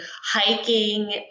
hiking